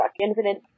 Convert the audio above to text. Infinite